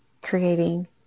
creating